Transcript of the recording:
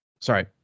sorry